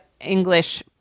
English